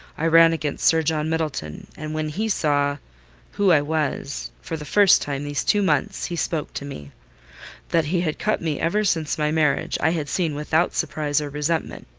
i ran against sir john middleton, and when he saw who i was for the first time these two months he spoke to me that he had cut me ever since my marriage, i had seen without surprise or resentment.